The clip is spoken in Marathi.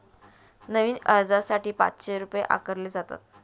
नवीन अर्जासाठी पाचशे रुपये आकारले जातात